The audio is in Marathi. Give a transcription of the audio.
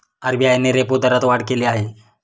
आर.बी.आय ने रेपो दरात वाढ केली आहे